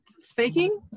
speaking